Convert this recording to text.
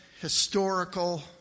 historical